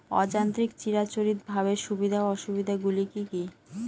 অযান্ত্রিক চিরাচরিতভাবে সুবিধা ও অসুবিধা গুলি কি কি?